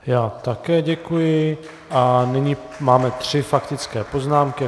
Já také děkuji a nyní máme tři faktické poznámky.